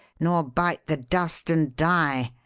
nor bite the dust and die.